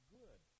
good